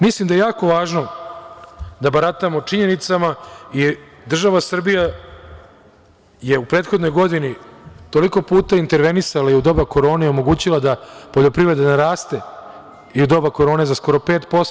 Mislim da je jako važno da baratamo činjenicama i država Srbija je u prethodnoj godini toliko puta intervenisala i u doba korone omogućila da poljoprivreda naraste i u doba korone za skoro 5%